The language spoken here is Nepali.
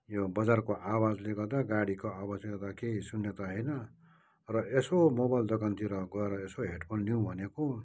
यो बजारको आवाजले गर्दा गाडीको आवाजले गर्दा केही सुन्ने त होइन र यसो मोबाइल दोकानतिर गएर यसो हेडफोन लिउँ भनेको